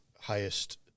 highest